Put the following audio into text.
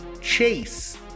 Chase